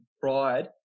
pride